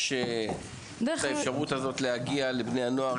יש את האפשרות הזאת להגיע לניידים של בני הנוער?